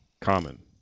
common